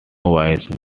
wise